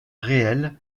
réels